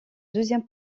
deuxième